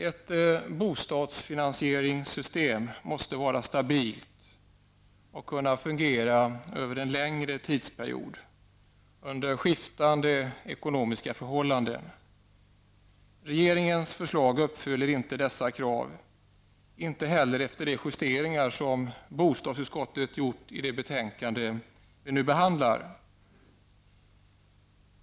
Ett bostadsfinansieringssystem måste vara stabilt och kunna fungera över en längre tidsperiod och under skiftande ekonomiska förhållanden. Regeringens förslag uppfyller inte dessa krav -- inte heller efter de justeringar som bostadsutskottet gjort i det betänkande som vi nu behandlar.